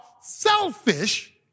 selfish